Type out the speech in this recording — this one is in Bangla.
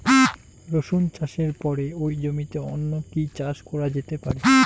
রসুন চাষের পরে ওই জমিতে অন্য কি চাষ করা যেতে পারে?